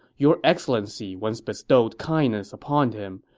your excellency once bestowed kindness upon him.